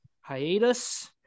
hiatus